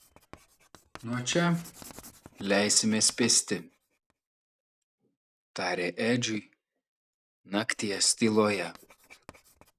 nuo čia leisimės pėsti tarė edžiui nakties tyloje